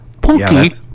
Punky